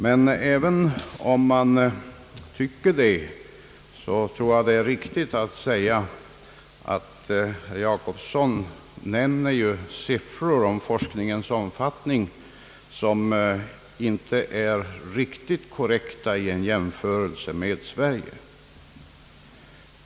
Men även om man tycker det, så tror jag att det är riktigt att säga att herr Jacobssons siffror om forskningens omfattning inte är riktigt korrekta vid en jämförelse med Sverige.